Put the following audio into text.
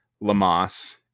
Lamas